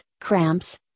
cramps